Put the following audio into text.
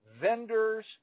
Vendors